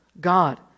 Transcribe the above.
God